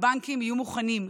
יהיו מוכנים,